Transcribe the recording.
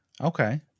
okay